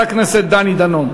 חבר הכנסת דני דנון.